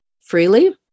freely